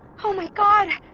oh my god!